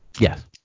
Yes